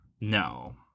No